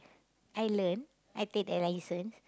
I learn I take the license